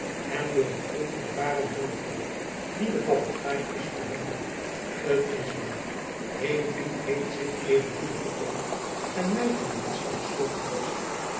en door een onervaren jonge vrouw die de papegaai is van haar moeder t is waar heenvliet heeft zich edelmoedig getoond en my van een lastige schuld verlost